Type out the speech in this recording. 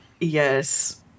yes